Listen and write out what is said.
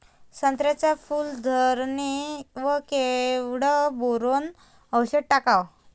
संत्र्याच्या फूल धरणे वर केवढं बोरोंन औषध टाकावं?